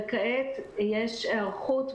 וכעת יש היערכות,